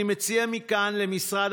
אני מציע מכאן למשרד